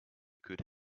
could